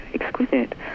exquisite